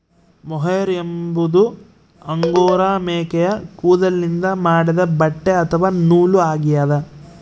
mohair ಎಂಬುದು angora ಮೇಕೆಯ ಕೂದಲಿನಿಂದ ಮಾಡಿದ ಬಟ್ಟೆ ಅಥವಾ ನೂಲು ಆಗ್ಯದ